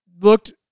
looked